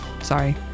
sorry